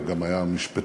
גם היה משפטן.